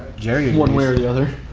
one way or the other.